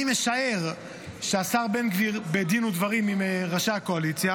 אני משער שהשר בן גביר בדין ודברים עם ראשי הקואליציה.